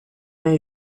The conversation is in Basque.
nahi